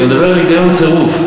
אני מדבר על היגיון צרוף.